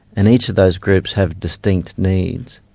and each of those groups have distinct needs,